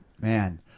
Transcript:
Man